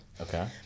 okay